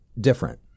different